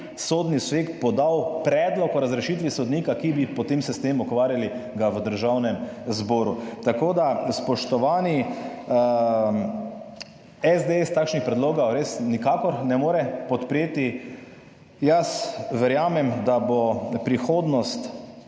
Sodni svet podal predlog o razrešitvi sodnika, o kateri bi se potem ukvarjali v Državnem zboru. Spoštovani! SDS takšnih predlogov res nikakor ne more podpreti. Jaz verjamem, da bo prihodnost